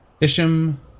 Isham